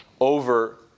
over